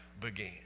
began